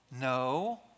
No